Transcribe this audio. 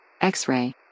X-Ray